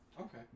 Okay